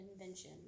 invention